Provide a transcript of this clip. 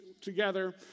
together